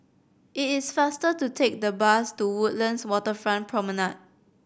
it is faster to take the bus to Woodlands Waterfront Promenade